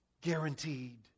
Guaranteed